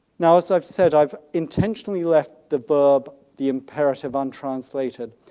now as i've said i've intentionally left the verb, the imperative, untranslated,